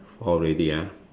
four already ah